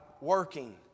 working